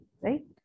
right